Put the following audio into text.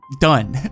done